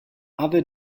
other